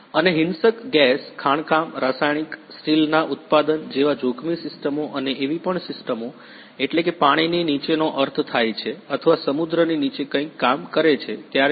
અને હિંસક ગેસ ખાણકામ રાસાયણિક સ્ટીલના ઉત્પાદન જેવા જોખમી સિસ્ટમો અને એવી પણ સિસ્ટમો એટલે કે પાણીની નીચેનો અર્થ થાય છે અથવા સમુદ્રની નીચે કંઈક કામ કરે છે ત્યારે પણ